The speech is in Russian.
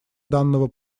данного